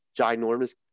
ginormous